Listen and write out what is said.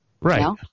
Right